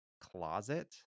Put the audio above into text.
closet